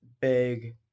big